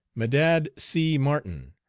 medad c. martin,